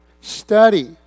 study